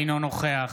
אינו נוכח